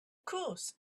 course